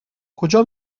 کجا